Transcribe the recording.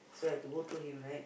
so I have to go through him right